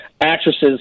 Actresses